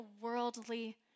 worldly